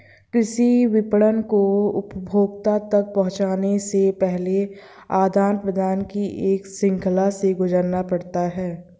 कृषि विपणन को उपभोक्ता तक पहुँचने से पहले आदान प्रदान की एक श्रृंखला से गुजरना पड़ता है